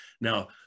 Now